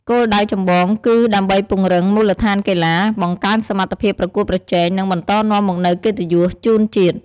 គោលដៅចម្បងគឺដើម្បីពង្រឹងមូលដ្ឋានកីឡា បង្កើនសមត្ថភាពប្រកួតប្រជែង និងបន្តនាំមកនូវកិត្តិយសជូនជាតិ ។